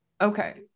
Okay